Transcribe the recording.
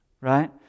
Right